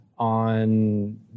on